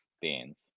beans